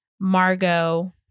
Margot